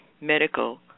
medical